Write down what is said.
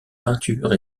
peinture